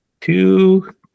two